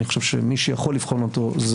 אני חושב שמי שיכול לבחון אותו זה